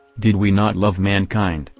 did we not love mankind,